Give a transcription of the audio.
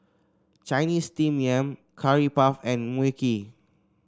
Chinese Steamed Yam Curry Puff and Mui Kee